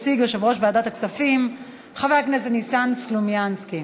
יציג יושב-ראש ועדת הכספים חבר הכנסת ניסן סלומינסקי.